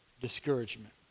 discouragement